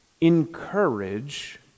Encourage